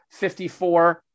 54